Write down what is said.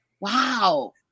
wow